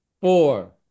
Four